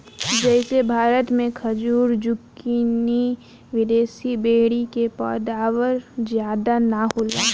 जइसे भारत मे खजूर, जूकीनी, विदेशी बेरी के पैदावार ज्यादा ना होला